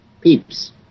peeps